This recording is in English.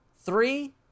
Three